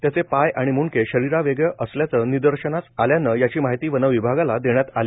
त्याचे पाय आणि मूंडके शरीरावेगळे असल्याचे निदर्शनास आल्याने याची माहिती वनविभागाला देण्यात आली